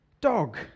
dog